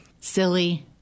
silly